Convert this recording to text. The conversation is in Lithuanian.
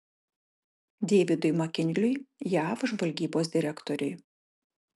deividui makinliui jav žvalgybos direktoriui